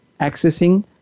accessing